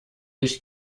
ich